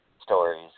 stories